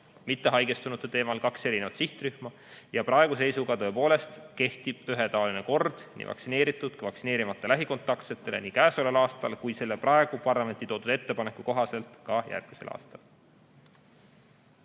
mitte haigestunute teemal – kaks erinevat sihtrühma. Praeguse seisuga kehtib tõepoolest ühetaoline kord nii vaktsineeritud kui vaktsineerimata lähikontaktsetele, nii käesoleval aastal kui selle praegu parlamenti toodud ettepaneku kohaselt ka järgmisel aastal.